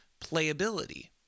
playability